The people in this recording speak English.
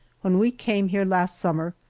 when we came here last summer,